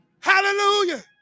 Hallelujah